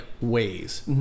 ways